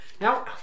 Now